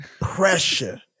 Pressure